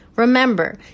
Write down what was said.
Remember